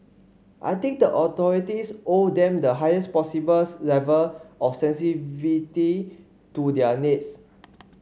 I think the authorities owe them the highest possible level of to their needs